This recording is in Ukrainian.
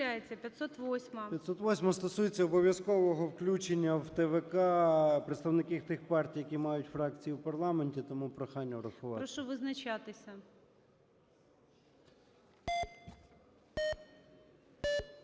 508-а стосується обов'язкового включення в ТВК представників тих партій, які мають фракції у парламенті. Тому прохання врахувати. ГОЛОВУЮЧИЙ. Прошу визначатися.